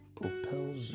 propels